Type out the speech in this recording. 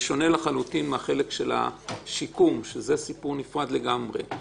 זה שונה לחלוטין מהחלק של השיקום שזה סיפור נפרד לגמרי.